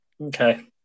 Okay